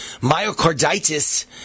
Myocarditis